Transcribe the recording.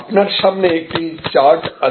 আপনার সামনে একটি চার্ট আছে